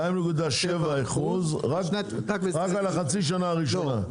רק על חצי השנה הראשונה.